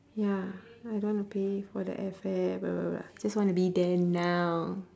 ya I don't wanna pay for the airfare just wanna be there now